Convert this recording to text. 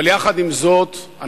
אבל יחד עם זאת,